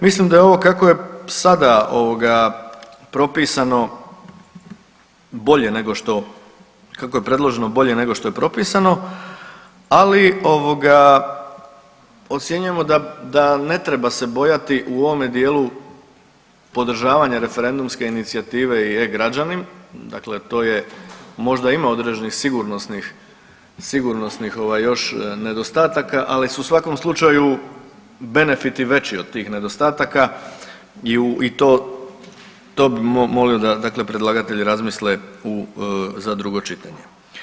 Mislim da je ovo, kako je sada ovoga, propisano, bolje nego što kako je predloženo, bolje nego što je propisano, ali ovoga, ocjenjujemo da, ne treba se bojati u ovome dijelu podržavanja referendumske inicijative i e-Građanin, dakle to je, možda ima određenih sigurnosnih ovaj još nedostataka, ali su u svakom slučaju benefiti veći od tih nedostataka i u to bi molio dakle predlagatelji razmisle u, za drugo čitanje.